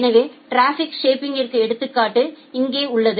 எனவேடிராபிக் ஷேப்பிங்ற்கு எடுத்துக்காட்டு இங்கே உள்ளது